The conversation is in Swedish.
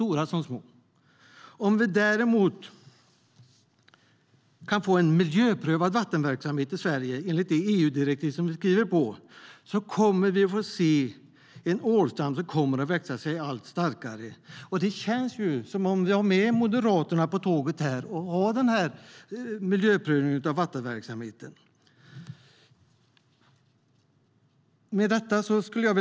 Om vi däremot kan få en miljöprövad vattenverksamhet i Sverige enligt det EU-direktiv som vi skrivit under kommer vi att se en ålstam som växer sig allt starkare. Det känns ju som att Moderaterna är med på tåget med en miljöprövning av vattenverksamheten.